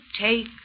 take